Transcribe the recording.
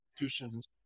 institutions